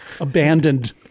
Abandoned